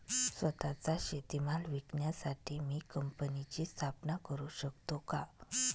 स्वत:चा शेतीमाल विकण्यासाठी मी कंपनीची स्थापना करु शकतो का?